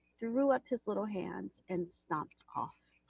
throw up his little hands, and stomp off.